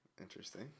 Interesting